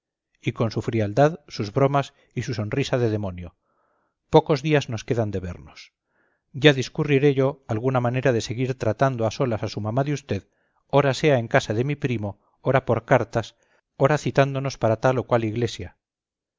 y con su frialdad sus bromas y su sonrisa de demonio pocos días nos quedan de vernos ya discurriré yo alguna manera de seguir tratando a solas a su mamá de usted ora sea en casa de mi primo ora por cartas ora citándonos para tal o cual iglesia